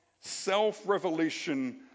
self-revelation